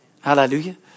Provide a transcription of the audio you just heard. Hallelujah